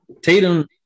Tatum